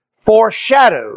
foreshadowed